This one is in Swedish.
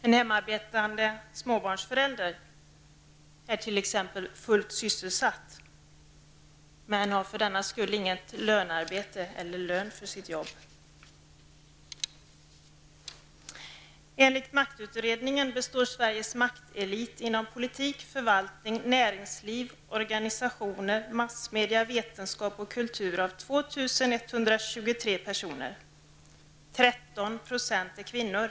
En hemarbetande småbarnsförälder är t.ex. fullt sysselsatt, men har för den skull inte något lönearbete eller någon lön för sitt jobb. Enligt maktutredningen består Sveriges maktelit inom politik, förvaltning, näringsliv, organisationer, massmedia, vetenskap och kultur av 2 123 personer. 13 % är kvinnor.